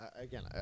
Again